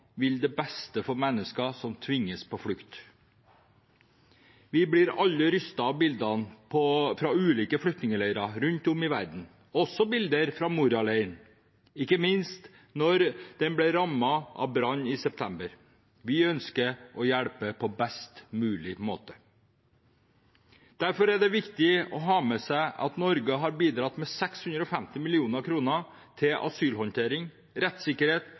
vil det beste for mennesker som tvinges på flukt. Vi blir alle rystet av bilder fra ulike flyktningleirer rundt om i verden, også bilder fra Moria-leiren, ikke minst da den ble rammet av brann i september. Vi ønsker å hjelpe på best mulig måte. Derfor er det viktig å ha med seg at Norge har bidratt med 650 mill. kr til asylhåndtering, rettssikkerhet